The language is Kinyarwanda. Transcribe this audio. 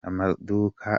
amaduka